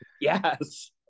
yes